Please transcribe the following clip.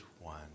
one